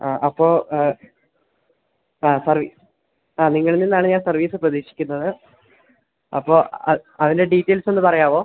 ആ അപ്പോള് ആ പറയൂ നിങ്ങളില് നിന്നാണ് ഞാന് സർവീസ് പ്രതീക്ഷിക്കുന്നത് അപ്പോള് അതിൻ്റെ ഡീറ്റെയ്ൽസൊന്ന് പറയാമോ